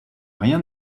rien